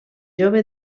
jove